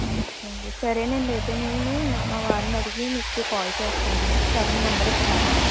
okay అండి సరేనండి అయితే నేను మా వారిని అడిగి మీకు కాల్ చేస్తాను ఒకసారి మీ నెంబర్ ఇస్తారా